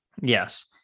Yes